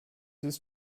ist